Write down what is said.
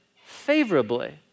favorably